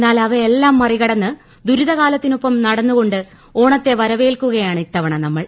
എന്നലവയെല്ലാം മറികടന്ന് ദുരിതകാലത്തിനൊപ്പം നടന്നുകൊണ്ട് ഓണത്തെ വരവേൽക്കുകയാണ് ഇത്തവണ നമ്മൾ